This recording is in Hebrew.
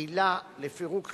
(עילה לפירוק חברה),